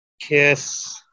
Kiss